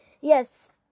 Yes